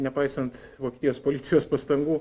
nepaisant vokietijos policijos pastangų